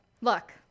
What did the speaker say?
Look